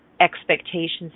expectations